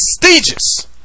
prestigious